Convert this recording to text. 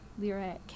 lyric